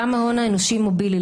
גם ההון האנושי מובילי.